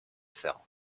faire